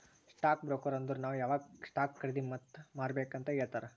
stock broker ಅಂದುರ್ ನಾವ್ ಯಾವಾಗ್ ಸ್ಟಾಕ್ ಖರ್ದಿ ಮತ್ ಮಾರ್ಬೇಕ್ ಅಂತ್ ಹೇಳ್ತಾರ